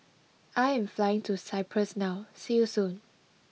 I am flying to Cyprus now see you soon